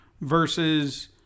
versus